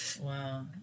wow